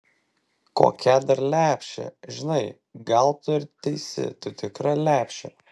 kokia dar lepšė žinai gal tu ir teisi tu tikra lepšė